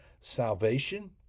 salvation